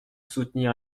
soutenir